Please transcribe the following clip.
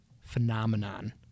phenomenon